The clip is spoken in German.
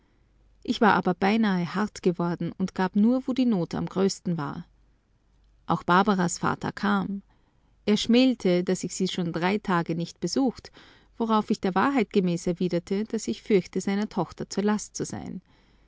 ich war aber beinahe hart geworden und gab nur wo die not am größten war auch barbaras vater kam er schmälte daß ich sie schon drei tage nicht besucht worauf ich der wahrheit gemäß erwiderte daß ich fürchte seiner tochter zur last zu sein